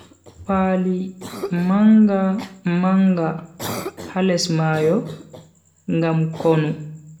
Paali manga-manga ha les mayo, ngam konu.